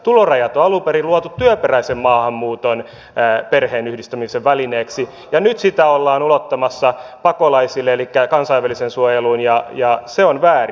tulorajat on alun perin luotu työperäisen maahanmuuton perheenyhdistämiseen välineeksi ja nyt niitä ollaan ulottamassa pakolaisille elikkä kansainväliseen suojeluun ja se on väärin